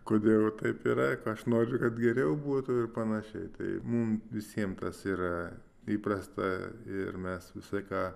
kodėl taip yra ką aš noriu kad geriau būtų ir panašiai tai mum visiem tas yra įprasta ir mes visą laiką